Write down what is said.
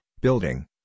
building